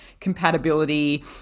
compatibility